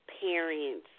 parents